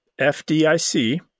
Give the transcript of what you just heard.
FDIC